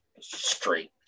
straight